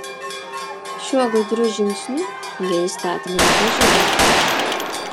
šiuo gudriu žingsniu jie įstatymo nepažeidė